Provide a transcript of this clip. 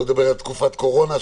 שלא לדבר על תקופת קורונה,